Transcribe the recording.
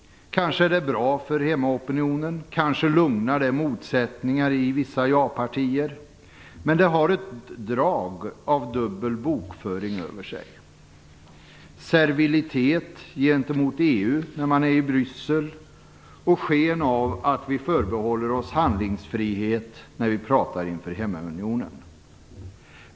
Kanske är det bra för hemmaopinionen och kanske mildrar det motsättningar i vissa japartier, men det har ett drag av dubbel bokföring över sig, en servilitet gentemot EU när man är i Bryssel och sken av att vi förbehåller oss handlingsfrihet när man pratar inför hemmaopinionen.